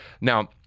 now